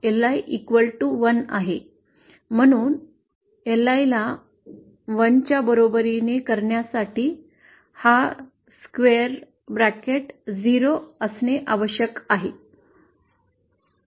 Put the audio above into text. म्हणून LI ला 1 च्या बरोबरीने करण्यासाठी हा स्क्वेअर कंस 0 असणे आवश्यक आहे